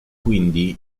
quindi